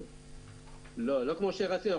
לא כמו שרצינו.